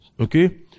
Okay